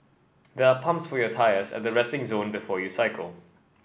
there are pumps for your tyres at the resting zone before you cycle